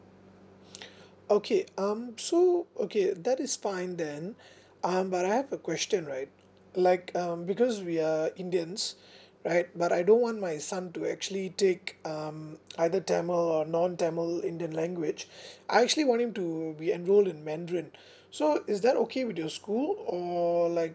okay um so okay that is fine then um but I have a question right like um because we are indians right but I don't want my son to actually take um either tamil or non tamil indian language I actually want him to be enrolled in mandarin so is that okay with your school or like